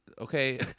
okay